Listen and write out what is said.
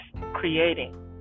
creating